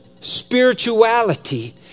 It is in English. spirituality